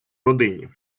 родині